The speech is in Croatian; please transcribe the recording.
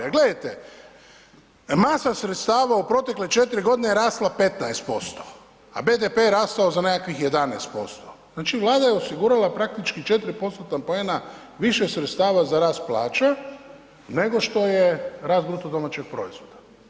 A gledajte, masa sredstava u protekle 4 godine je rasla 15%, a BDP je rastao za nekakvih 11%, znači Vlada je osigurala praktički četiri postotna poena više sredstava za rast plaća nego što je rast bruto domaćeg proizvoda.